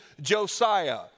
Josiah